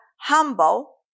humble